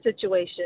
situation